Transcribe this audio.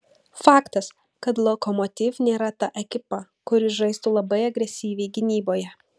faktas kad lokomotiv nėra ta ekipa kuri žaistų labai agresyviai gynyboje